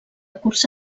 cursa